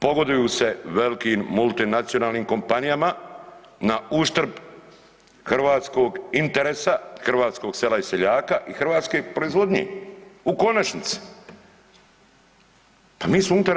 Pogoduju se velikim multinacionalnim kompanijama nauštrb hrvatskog interesa, hrvatskog sela i seljaka i hrvatske proizvodnje, u konačnici, pa mi smo unutar EU.